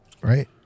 right